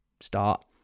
start